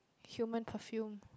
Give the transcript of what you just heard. human perfume